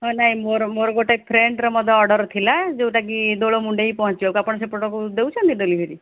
ହଁ ନାହିଁ ମୋର ମୋର ଗୋଟେ ଫ୍ରେଣ୍ଡର ମଧ୍ୟ ଅର୍ଡ଼ର ଥିଲା ଯେଉଁଟା କି ଦୋଳମୁଣ୍ଡେଇ ପହଞ୍ଚିବାକୁ ଆପଣ ସେପଟକୁ ଦେଉଛନ୍ତି ଡେଲିଭରି